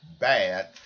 bad